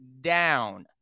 down